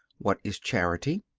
what is charity?